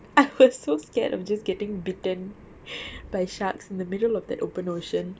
I was so scared of just getting bitten by sharks in the middle of that open ocean